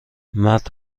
مرد